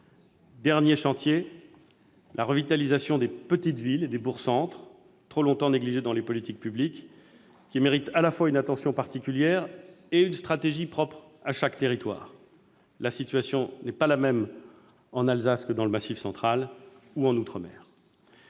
dernier chantier concerne la revitalisation des petites villes et des bourgs-centres, trop longtemps négligée par les politiques publiques, alors qu'elle mérite à la fois une attention particulière et une stratégie propre à chaque territoire : la situation n'est pas la même en Alsace que dans le Massif central, ou en outre-mer.